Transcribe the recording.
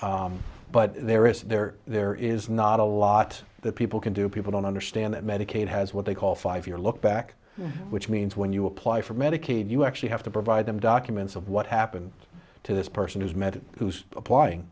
yes but there is there there is not a lot that people can do people don't understand that medicaid has what they call five year lookback which means when you apply for medicaid you actually have to provide them documents of what happened to this person who's met who's applying